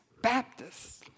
Baptists